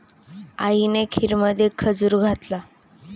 आईने खीरमध्ये खजूर घातला